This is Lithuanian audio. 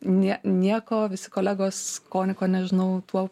ne nieko visi kolegos ko ne ko nežinau tuo